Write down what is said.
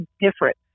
different